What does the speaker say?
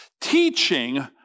Teaching